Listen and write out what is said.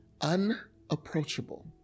unapproachable